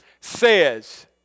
says